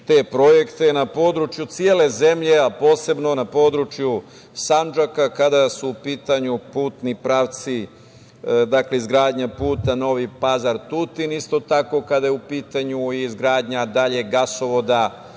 te projekte na području cele zemlje, a posebno na području Sandžaka kada su u pitanju putni pravci, izgradnja puta Novi Pazar – Tutin. Isto tako kada je u pitanju i izgradnja daljeg gasovoda